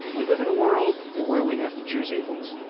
we live in a world and where we have to choose evils,